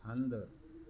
हंधु